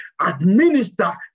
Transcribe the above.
administer